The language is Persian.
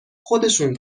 خودشون